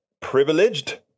privileged